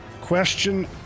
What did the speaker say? Question